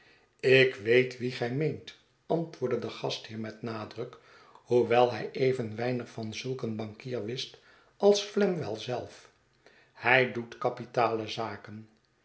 ik weet wien gij meent antwoordde de gastheer met nadruk hoewel hij even weinig van zulk een bankier wist als flamwell zelf hij doet kapitale zaken